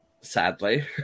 Sadly